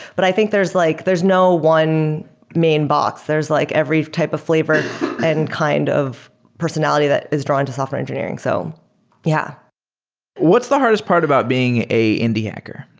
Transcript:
but i think there's like there's no one main box. there's like every type of flavor and kind of personality that is drawn into software engineering. so yeah what's the hardest part about being an indie hacker?